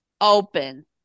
open